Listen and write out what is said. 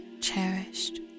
cherished